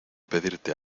pedirte